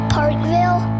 Parkville